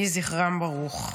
יהי זכרם ברוך.